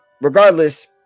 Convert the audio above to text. regardless